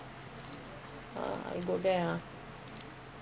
I got my commitment ah in singapore to go there